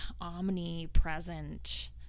omnipresent